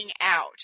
out